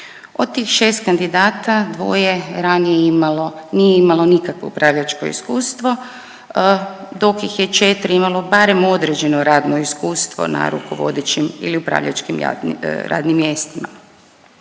Od tih 6 kandidata, dvoje ranije imalo, nije imalo nikakvo upravljačko iskustvo, dok ih je 4 imalo barem određeno radno iskustvo na rukovodećim ili upravljačkim radnim mjestima.